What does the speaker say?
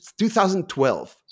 2012